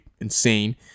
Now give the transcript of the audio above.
insane